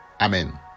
Amen